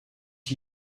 are